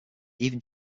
even